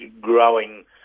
growing